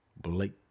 Blake